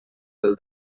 del